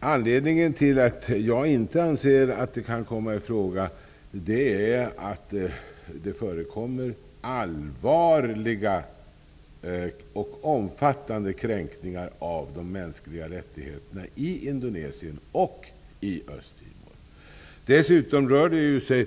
Anledningen till att jag inte anser att det kan komma i fråga är att det förekommer allvarliga och omfattande kränkningar av de mänskliga rättigheterna i Indonesien och i Östtimor. Dessutom rör det sig